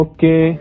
Okay